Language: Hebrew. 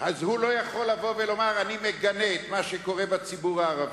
אז הוא לא יכול לבוא ולומר: אני מגנה את מה שקורה בציבור הערבי,